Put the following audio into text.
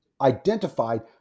identified